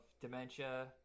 dementia